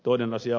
toinen asia